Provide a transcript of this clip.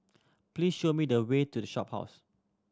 please show me the way to The Shophouse